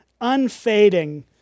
unfading